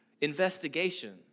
investigation